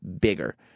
bigger